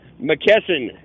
McKesson